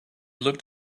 looked